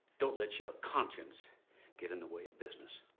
don't let your conscience get in the way of business.